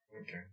Okay